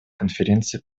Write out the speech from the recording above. конференции